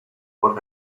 what